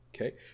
Okay